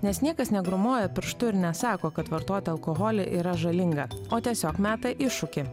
nes niekas negrūmoja pirštu ir nesako kad vartoti alkoholį yra žalinga o tiesiog meta iššūkį